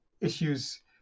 issues